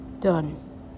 done